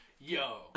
Yo